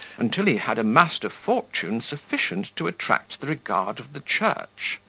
until he had amassed a fortune sufficient to attract the regard of the church.